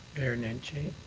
mayor nenshi,